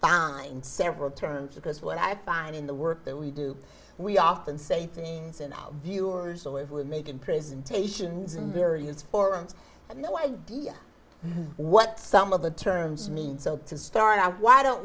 find several turns because what i find in the work that we do we often say things in our viewers so if we're making presentations in various forums and no idea what some of the terms mean so to start out why don't